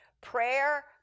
Prayer